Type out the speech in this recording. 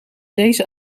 deze